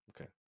Okay